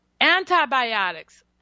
Antibiotics